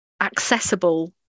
accessible